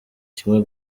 kimwe